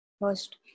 first